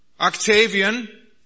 Octavian